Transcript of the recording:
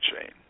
chain